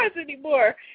anymore